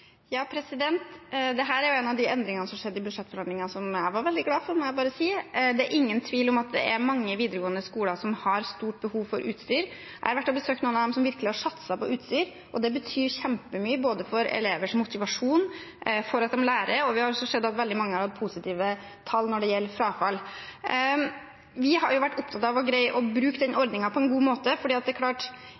er en av de endringene som skjedde i budsjettforhandlingene, som jeg var veldig glad for, det må jeg bare si. Det er ingen tvil om at det er mange videregående skoler som har stort behov for utstyr. Jeg har vært og besøkt noen av dem som virkelig har satset på utstyr, og det betyr kjempemye både for elevers motivasjon, for at de lærer, og vi har også sett at veldig mange har hatt positive tall når det gjelder frafall. Vi har vært opptatt av å greie å bruke den ordningen på en god måte, for det er klart